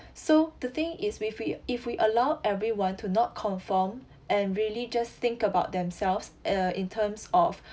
so the thing is with w~ if we allow everyone to not conform and really just think about themselves uh in terms of